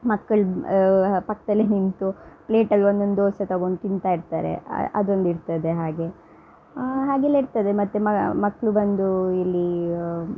ಮಕ್ಕಳು ಪಕ್ಕದಲ್ಲೆ ನಿಂತು ಪ್ಲೇಟಲ್ಲಿ ಒಂದೊಂದು ದೋಸೆ ತಗೊಂಡು ತಿಂತಾ ಇರ್ತಾರೆ ಅದೊಂದು ಇರ್ತದೆ ಹಾಗೆ ಹಾಗೆಲ್ಲ ಇರ್ತದೆ ಮತ್ತು ಮಕ್ಕಳು ಬಂದು ಇಲ್ಲೀ